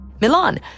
Milan